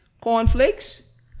cornflakes